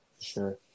Sure